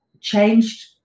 changed